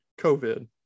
COVID